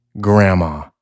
Grandma